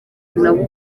nabo